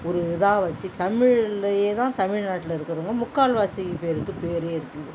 ஒரு இதாக வச்சு தமிழ்லேயேதான் தமிழ்நாட்டில் இருக்கிறவங்க முக்கால்வாசி பேருக்கு பேர் இருக்குங்க